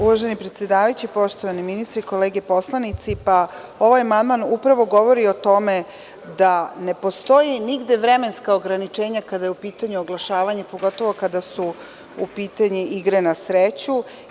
Uvaženi predsedavajući, poštovani ministre, kolege poslanici, ovaj amandman upravo govori o tome da ne postoji nigde vremenska ograničenja kada je u pitanju oglašavanje, pogotovo kada su u pitanju igre na sreću.